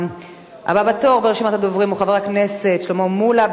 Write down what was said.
הבא בתור ברשימת הדוברים הוא חבר הכנסת שלמה מולה,